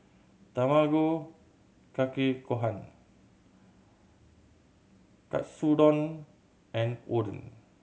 Tamago Kake Gohan Katsudon and Oden